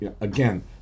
Again